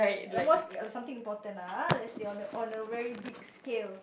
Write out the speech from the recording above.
the most in~ something important ah let's say on a on a very big scale